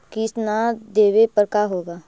किस्त न देबे पर का होगा?